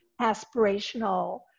aspirational